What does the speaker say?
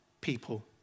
people